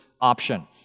option